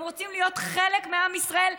הם רוצים להיות חלק מעם ישראל,